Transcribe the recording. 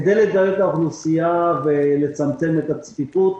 שוב, כדי לדלל את האוכלוסייה ולצמצם את הצפיפות,